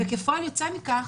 ופועל יוצא מכך,